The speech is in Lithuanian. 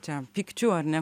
čia pykčiu ar ne